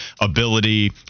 ability